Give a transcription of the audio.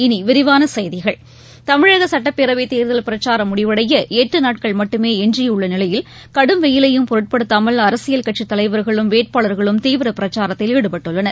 இனிவிரிவானசெய்திகள் தமிழகசட்டப்பேரவைத் தேர்தல் பிரச்சாரம் முடிவடையளட்டுநாட்கள் மட்டுமே எஞ்சியுள்ளநிலையில் கடும் வெயிலையும் பொருட்படுத்தாமல் அரசியல் கட்சித் தலைவர்களும் வேட்பாளர்களும் தீவிரபிரச்சாரத்தில் ஈடுபட்டுள்ளனர்